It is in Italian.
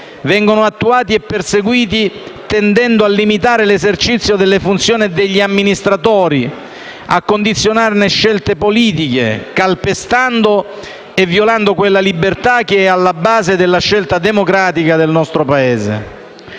vengono attuati e perseguiti tendendo a limitare l'esercizio delle funzioni degli amministratori, a condizionarne le scelte politiche, calpestando e violando quella libertà che è alla base della scelta democratica del nostro Paese.